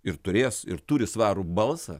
ir turės ir turi svarų balsą